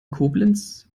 koblenz